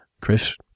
Chris